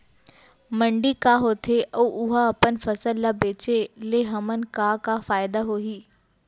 मंडी का होथे अऊ उहा अपन फसल ला बेचे ले हमन ला का फायदा होही?